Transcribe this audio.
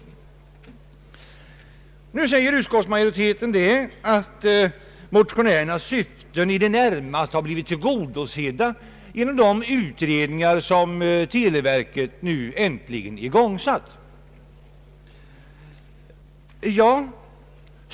Utskottsmajoriteten säger att motionärernas syften i det närmaste har blivit tillgodosedda genom de utredningar som televerket nu äntligen igångsatt.